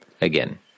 Again